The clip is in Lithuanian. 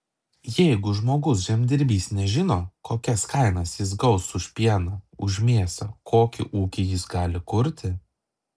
jeigu žmogus žemdirbys nežino kokias kainas jis gaus už pieną už mėsą kokį ūkį jis gali kurti